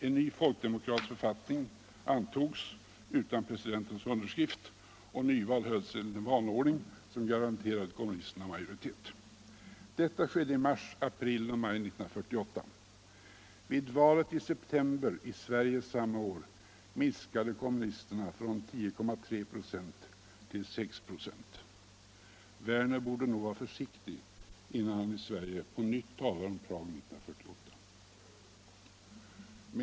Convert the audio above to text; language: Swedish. En ny folkdemokratisk författning antogs utan presidentens underskrift, och nyval hölls enligt en valordning som garanterade kommunisterna majoritet. Detta skedde i mars, april och maj 1948. Vid valet i Sverige i september samma år minskade kommunisterna sin andel av valmanskåren från 10,3 96 till 6 26. Herr Werner borde nog vara försiktig innan han i Sverige på nytt talar om Prag 1948.